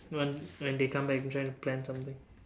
when when they come back I'm trying to plan something